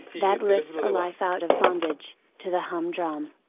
that lifts a life out of bondage, to the humdrum.